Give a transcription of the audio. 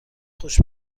خوش